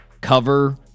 cover